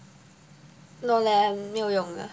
no leh 没有用的